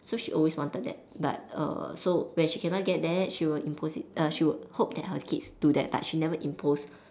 so she always wanted that but err so when she cannot get that she will impose it err she will hope that her kids do that but she never impose